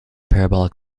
parabolic